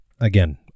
again